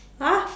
!huh!